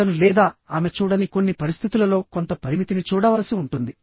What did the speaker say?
అతను లేదా ఆమె చూడని కొన్ని పరిస్థితులలో కొంత పరిమితిని చూడవలసి ఉంటుంది